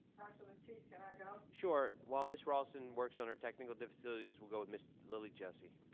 dr. lateef, can i go. sure. while ms. raulston works on our technical difficulties, we'll go with ms. lillie jessie.